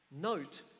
Note